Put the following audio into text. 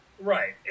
Right